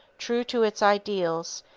true to its ideals,